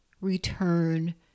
return